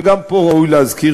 וגם פה ראוי להזכיר,